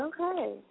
Okay